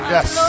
Yes